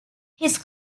his